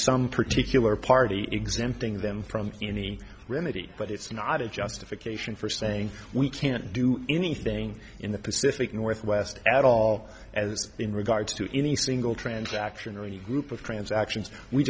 some particular party exempting them from any remedy but it's not a justification for saying we can't do anything in the pacific northwest at all as in regards to any single transaction or a group of transactions we